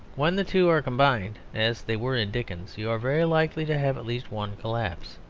when the two are combined, as they were in dickens, you are very likely to have at least one collapse.